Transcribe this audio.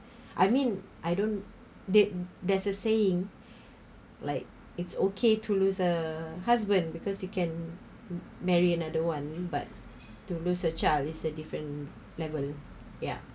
I mean I don't date there's a saying like it's okay to lose a husband because you can marry another one but to lose a child is a different level yeah